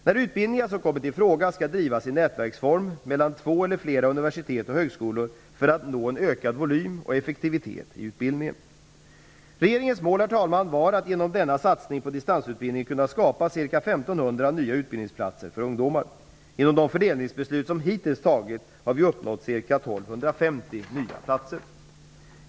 De utbildningar som kommit i fråga skall drivas i nätverksform mellan två eller flera universitet och högskolor för att nå en ökad volym och effektivitet i utbildningen. Regeringens mål var att genom denna satsning på distansutbildning kunna skapa ca 1 500 nya utbildningsplatser för ungdomar. Genom de fördelningsbeslut som hittills tagits har vi uppnått ca 1 250 nya platser.